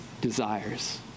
desires